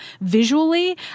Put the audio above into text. visually